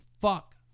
fuck